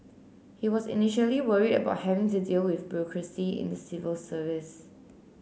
he was initially worry about having to deal with bureaucracy in the civil service